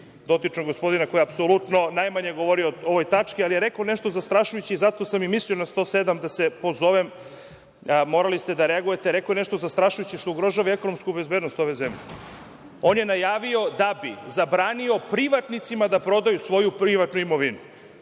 dotičnog gospodina koji je apsolutno najmanje govorio o ovoj tački, ali je rekao nešto zastrašujuće i zato sam i mislio na član 107. da se pozovem. Morali ste da reagujete, rekao je nešto zastrašujuće što ugrožava i ekonomsku bezbednost ove zemlje. On je najavio da bi zabranio privatnicima da prodaju svoju privatnu imovinu.